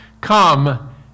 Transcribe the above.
come